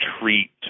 treat